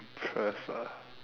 impressed ah